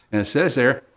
and it says there,